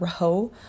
row